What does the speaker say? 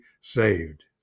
saved